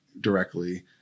directly